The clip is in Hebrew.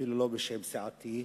ואפילו לא בשם סיעתי,